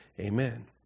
Amen